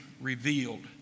revealed